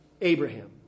Abraham